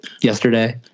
yesterday